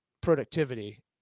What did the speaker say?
productivity